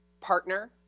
partner